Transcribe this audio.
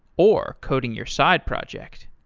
or coding your side project.